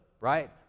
right